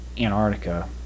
Antarctica